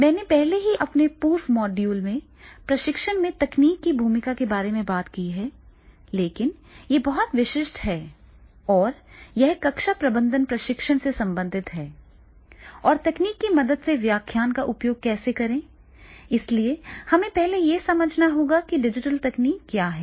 मैंने पहले ही अपने पूर्व मॉड्यूल में प्रशिक्षण में तकनीक की भूमिका के बारे में बात की है लेकिन यह बहुत विशिष्ट है और यह कक्षा प्रबंधन प्रशिक्षण से संबंधित है और तकनीक की मदद से व्याख्यान का उपयोग कैसे करें इसलिए हमें पहले यह समझना होगा कि क्या डिजिटल तकनीक क्या है